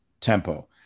tempo